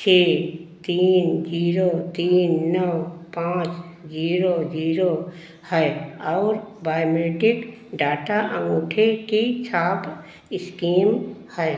छह तीन ज़ीरो तीन नौ पाँच ज़ीरो ज़ीरो है और बायोमेट्रिक डाटा अँगूठे की छाप इस्कैन है